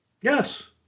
Yes